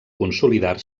consolidar